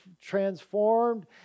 transformed